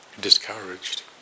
discouraged